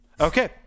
Okay